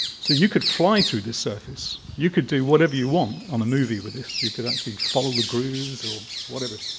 so you could fly through this surface. you could do whatever you want on a movie with this. you could actually follow the grooves or whatever.